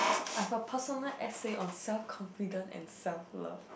I've a personal essay on self confidence and self love